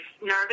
nervous